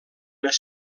les